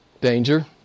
danger